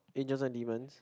Angels and Demons